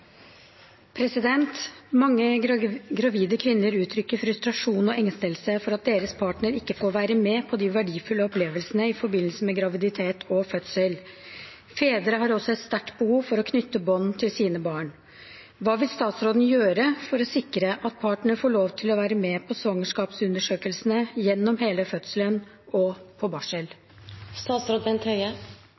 gravide kvinner uttrykker frustrasjon og engstelse for at deres partner ikke får være med på de verdifulle opplevelsene i forbindelse med graviditet og fødsel. Fedre har også et sterkt behov for å knytte bånd til sine barn. Hva vil statsråden gjøre for å sikre at partner får lov å være med på svangerskapsundersøkelsene, gjennom hele fødselen og på